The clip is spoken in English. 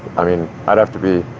i mean, i'd have to be